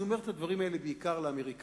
אני אומר את הדברים האלה בעיקר לאמריקנים: